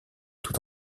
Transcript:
tout